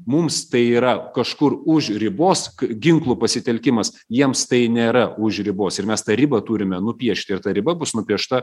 mums tai yra kažkur už ribos ginklų pasitelkimas jiems tai nėra už ribos ir mes tą ribą turime nupiešti ir ta riba bus nupiešta